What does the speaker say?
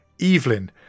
Evelyn